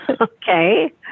okay